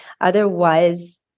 otherwise